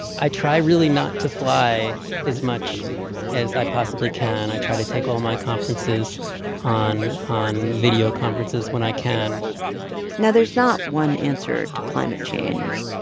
i try really not to fly as much as i possibly can. i try to take all my conferences on on video conferences when i can now, there's not one answer to climate change.